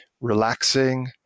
relaxing